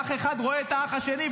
שאח אחד רואה את האח השני,